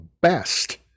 best